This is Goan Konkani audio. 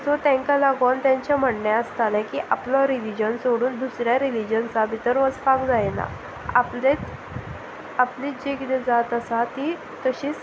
सो तांकां लागून तांचे म्हणणें आसतालें की आपलो रिलीजन सोडून दुसऱ्या रिलीजन्सा भितर वचपाक जायना आपलें आपली जी किदें जात आसा ती तशीच